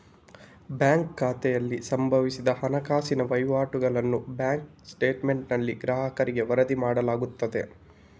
bank ಖಾತೆಯಲ್ಲಿ ಸಂಭವಿಸಿದ ಹಣಕಾಸಿನ ವಹಿವಾಟುಗಳನ್ನು ಬ್ಯಾಂಕ್ ಸ್ಟೇಟ್ಮೆಂಟಿನಲ್ಲಿ ಗ್ರಾಹಕರಿಗೆ ವರದಿ ಮಾಡಲಾಗುತ್ತದೆ